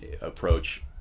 approach